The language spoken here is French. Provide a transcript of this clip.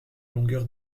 longueur